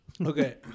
Okay